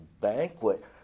banquet